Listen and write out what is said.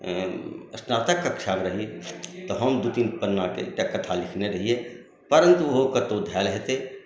स्नातक कक्षामे रही तऽ हम दू तीन पन्नाके एकटा कथा लिखने रहियै परन्तु ओ कतहु धएल हेतै